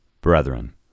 Brethren